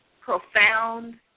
profound